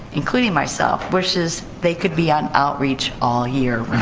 including myself, wishes they could be on outreach all year